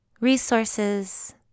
resources